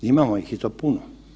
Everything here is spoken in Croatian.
Imamo ih i to puno.